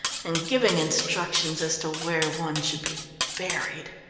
and giving instructions as to where one should be buried.